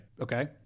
Okay